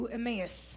Emmaus